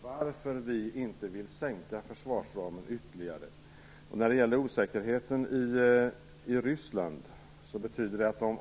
Herr talman! Vi har motiverat varför vi inte vill sänka försvarsramen ytterligare.